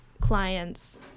clients